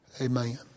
Amen